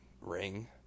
ring